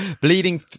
Bleeding